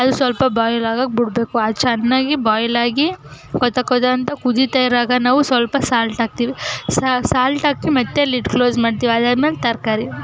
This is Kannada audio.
ಅದು ಸ್ವಲ್ಪ ಬಾಯ್ಲಾಗೋಕೆ ಬಿಡಬೇಕು ಅದು ಚೆನ್ನಾಗಿ ಬಾಯ್ಲಾಗಿ ಕೊತ ಕೊತ ಅಂತ ಕುದಿತಾ ಇರುವಾಗ ನಾವು ಸ್ವಲ್ಪ ಸಾಲ್ಟ್ ಹಾಕ್ತೀವಿ ಸಾಲ್ಟ್ ಹಾಕಿ ಮತ್ತೆ ಆ ಲಿಡ್ ಕ್ಲೋಸ್ ಮಾಡ್ತೀವಿ ಅದಾದ್ಮೇಲೆ ತರಕಾರಿ